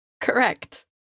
Correct